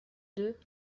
deux